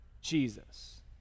Jesus